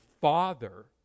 Father